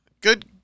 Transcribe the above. good